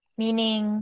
meaning